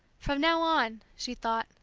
from now on, she thought,